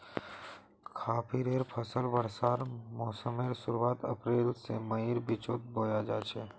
खरिफेर फसल वर्षा मोसमेर शुरुआत अप्रैल से मईर बिचोत बोया जाछे